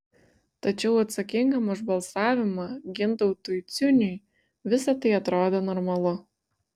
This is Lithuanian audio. tačiau atsakingam už balsavimą gintautui ciuniui visa tai atrodė normalu